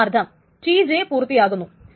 അതിന്റെ അർത്ഥം T j പുർത്തിയാകുന്നു